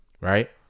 right